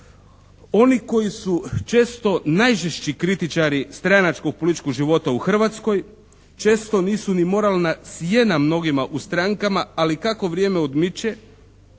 Oni koji su često najžešći kritičari stranačkog političkog života u Hrvatskoj često nisu ni moralna sjena mnogima u strankama ali kako vrijeme odmiče,